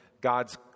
God's